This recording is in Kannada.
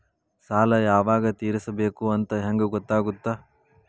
ಸಾಲ ಯಾವಾಗ ತೇರಿಸಬೇಕು ಅಂತ ಹೆಂಗ್ ಗೊತ್ತಾಗುತ್ತಾ?